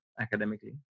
academically